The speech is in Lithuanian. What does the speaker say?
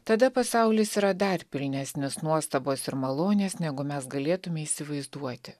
tada pasaulis yra dar pilnesnis nuostabos ir malonės negu mes galėtume įsivaizduoti